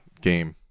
game